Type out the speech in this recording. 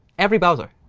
every browser,